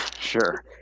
sure